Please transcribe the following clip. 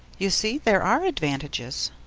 you see there are advantages!